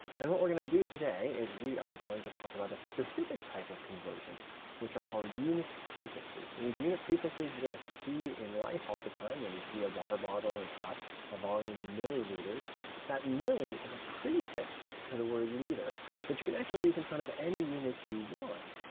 and what we're going to do today is we are going to talk about a specific type of conversion which are called unit prefixes. and these unit prefixes, you're going to see in life all the time. when you see a water bottle, it's got a volume in milliliters. that milli is a prefix to the word liter that you can actually use in front of any unit you want,